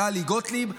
טלי גוטליב,